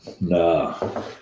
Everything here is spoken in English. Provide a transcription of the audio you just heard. No